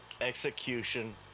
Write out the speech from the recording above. execution